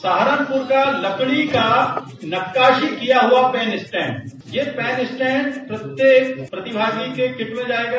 सहारनपुर का लकड़ी नक्काशी किया हुआ है पैन स्टैंड ये पैन स्टैंड प्रत्येक प्रतिभागी के किट में जायेगा